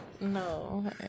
No